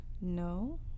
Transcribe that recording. No